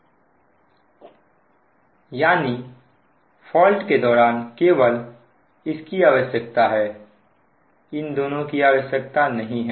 यानी फॉल्ट के दौरान केवल इसकी आवश्यकता है इन दोनों की आवश्यकता नहीं है